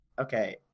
Okay